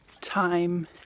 time